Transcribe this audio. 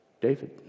David